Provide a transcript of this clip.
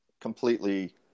completely